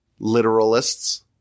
literalists